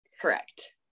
Correct